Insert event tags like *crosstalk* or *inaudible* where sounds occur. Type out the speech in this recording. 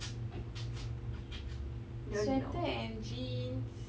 *noise* sweater and jeans